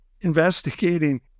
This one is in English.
investigating